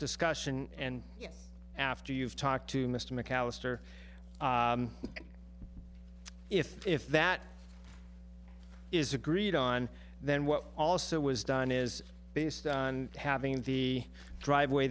discussion and after you've talked to mr mcallister if that is agreed on then what also was done is based on having the driveway